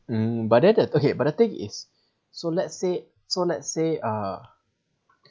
mm but that the but the thing is so let's say so let's say uh